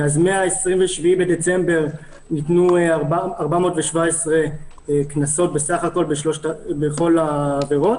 מ-27 בדצמבר ניתנו 417 קנסות בסך הכול בכל העבירות.